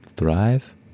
Thrive